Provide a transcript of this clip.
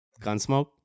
Gunsmoke